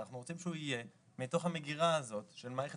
אנחנו רוצים שהוא יהיה מתוך המגירה הזאת של המערכת